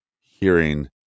hearing